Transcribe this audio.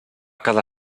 cada